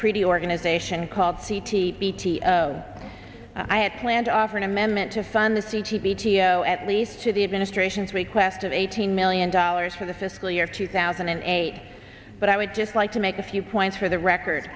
treaty organization called c t b t i had planned to offer an amendment to fund the c t v cio at least to the administration's request of eighteen million dollars for the fiscal year two thousand and eight but i would just like to make a few points for the record